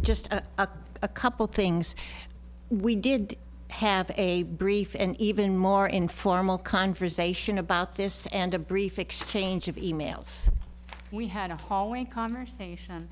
t a couple things we did have a brief and even more informal conversation about this and a brief exchange of emails we had a hallway conversation